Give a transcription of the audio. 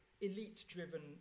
elite-driven